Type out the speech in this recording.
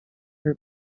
her